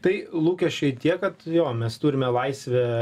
tai lūkesčiai tie kad jo mes turime laisvę